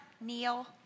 Neal